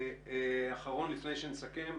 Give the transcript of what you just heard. אחרון לפני הסיכום,